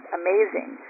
amazing